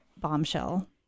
bombshell